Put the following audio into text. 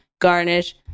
garnish